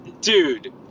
dude